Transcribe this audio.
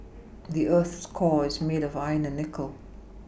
the earth's core is made of iron and nickel